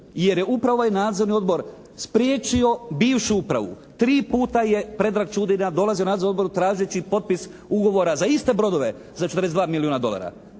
jer je upravo ovaj nadzorni odbor spriječio bivšu upravu, tri puta je Predrag Čudina dolazio nadzornom odboru tražeći potpis ugovora za iste brodove za 42 milijuna dolara.